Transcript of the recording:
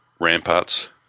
ramparts